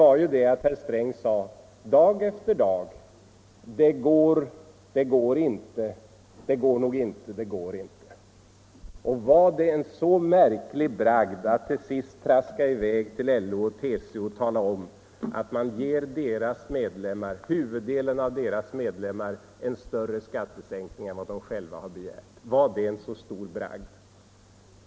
Herr Sträng sade dag efter dag: Det går, det går inte; det går, det går inte. Var det en så märklig bragd att till sist traska i väg till LO och TCO och tala om att man ger huvuddelen av deras medlemmar en större skattesänkning än vad de själva har begärt. Var det en så stor bragd?